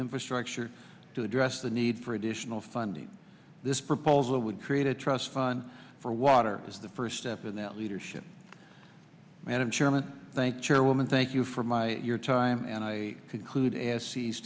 infrastructure to address the need for additional funding this proposal would create a trust fund for water is the first step in that leadership madam chairman thank chairwoman thank you for my your time and i conclude as sees